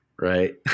right